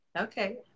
okay